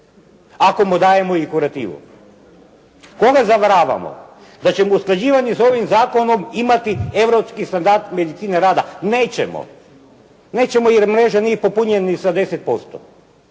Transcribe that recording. ako mu dajemo i kurativu. Koga zavaravamo da ćemo usklađivanjem sa ovim zakonom imati europski standard medicine rada? Nećemo. Nećemo jer mreža nije popunjena ni sa 10%.